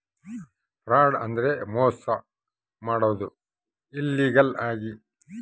fraud ಅಂದ್ರೆ ಮೋಸ ಮಾಡೋದು ಇಲ್ಲೀಗಲ್ ಆಗಿ